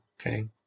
Okay